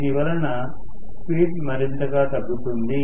దీని వలన స్పీడ్ మరింతగా తగ్గుతుంది